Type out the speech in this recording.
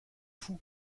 fou